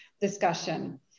discussion